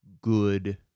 good